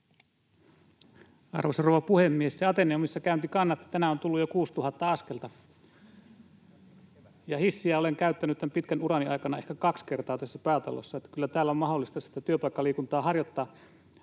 Arvoisa rouva puhemies! Se Ateneumissa käynti kannatti: tänään on tullut jo 6 000 askelta. Ja hissiä olen käyttänyt tämän pitkän urani aikana ehkä kaksi kertaa tässä päätalossa, eli kyllä täällä on mahdollista työpaikkaliikuntaa harjoittaa.